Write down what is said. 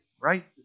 right